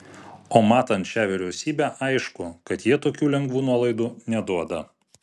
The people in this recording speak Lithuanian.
o matant šią vyriausybę aišku kad jie tokių lengvų nuolaidų neduoda